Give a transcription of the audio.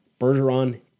Bergeron